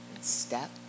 Step